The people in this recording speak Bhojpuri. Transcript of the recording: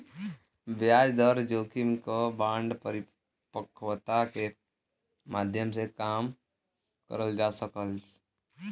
ब्याज दर जोखिम क बांड परिपक्वता के माध्यम से कम करल जा सकला